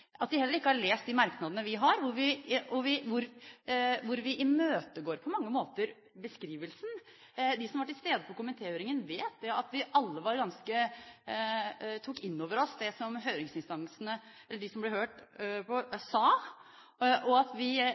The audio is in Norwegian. de heller ikke har lest de merknadene som vi har, hvor vi på mange måter imøtegår beskrivelsen. Og de som var til stede på komitéhøringen, vet at vi alle tok inn over oss det som de som ble hørt, sa, og at vi